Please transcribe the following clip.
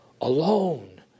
Alone